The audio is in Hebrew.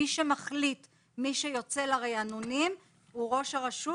מי שמחליט על מי שיוצא לריענונים הוא ראש הרשות.